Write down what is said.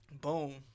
Boom